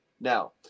now